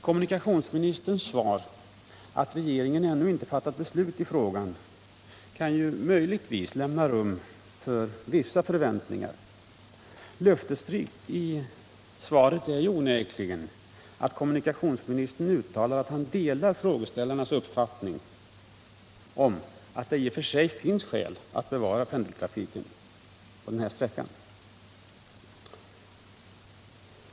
Kommunikationsministerns svar att regeringen ännu inte fattat beslut i frågan kan möjligtvis lämna rum för vissa förväntningar. Löftesrikt i svaret är onekligen att kommunikationsministern uttalar att han delar frågeställarnas uppfattning att det i och för sig finns skäl för att bevara pendeltrafiken på den ifrågavarande sträckan.